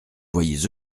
voyez